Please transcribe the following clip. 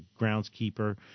groundskeeper